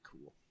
cool